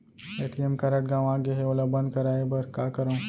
ATM card गंवा गे है ओला बंद कराये बर का करंव?